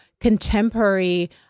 contemporary